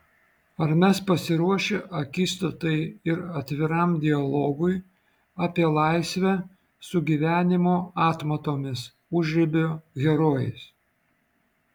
ar mes pasiruošę akistatai ir atviram dialogui apie laisvę su gyvenimo atmatomis užribio herojais